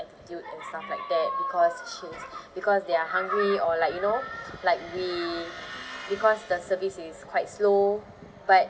attitude and stuff like that because she is because they are hungry or like you know like we because the service is quite slow but